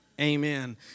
Amen